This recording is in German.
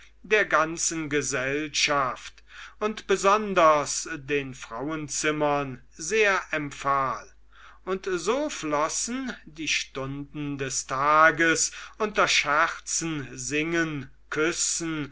der ganzen gesellschaft und besonders den frauenzimmern sehr empfahl und so flossen die stunden des tages unter scherzen singen küssen